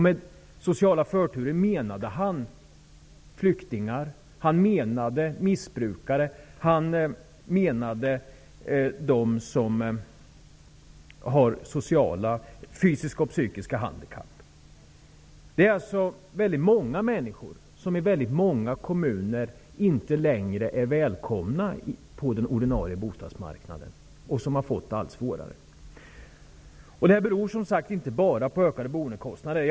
Med sociala förturer menade han flyktingar, missbrukare och de som har psykiska och fysiska handikapp. Det är alltså många människor som i många kommuner inte längre är välkomna på den ordinarie bostadsmarknaden. De har fått det allt svårare. Detta beror som sagt inte bara på ökade boendekostnader.